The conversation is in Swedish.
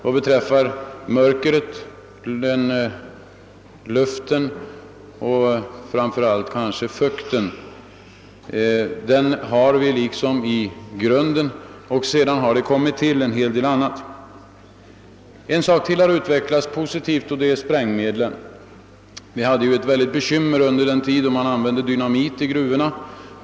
Mörkret, den dåliga luften och kanske framför allt fukten utgör så att säga grunden, men sedan har det kommit till andra saker. Ytterligare en sak som har utvecklats på ett positivt sätt är sprängmedlen. Vi hade väldiga bekymmer under den tid då man använde dynamit i gruvorna.